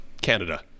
canada